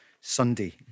Sunday